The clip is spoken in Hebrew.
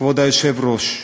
כבוד היושב-ראש,